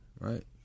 Right